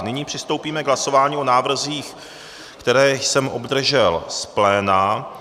Nyní přistoupíme k hlasování o návrzích, které jsem obdržel z pléna.